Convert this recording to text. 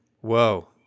Whoa